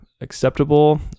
acceptable